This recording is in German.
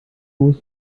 los